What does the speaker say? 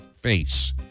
face